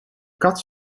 kat